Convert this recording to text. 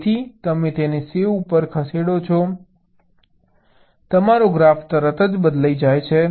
તેથી તમે તેને C ઉપર ખસેડો પછી તમારો ગ્રાફ તરત જ બદલાય છે